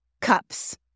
cups